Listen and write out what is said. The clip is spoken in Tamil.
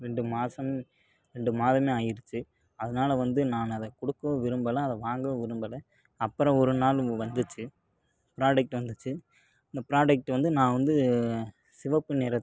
ரெண்டு மாதம் ரெண்டு மாதம் ஆகிடுச்சு அதனால வந்து நான் அதை கொடுக்க விரும்பலை அதை வாங்க விரும்பலை அப்புறம் ஒரு நாள் வந்துச்சு ப்ராடெக்ட் வந்துச்சு அந்த ப்ராடெக்ட் வந்து நான் வந்து சிவப்பு நிற